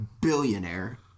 billionaire